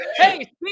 Hey